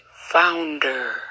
founder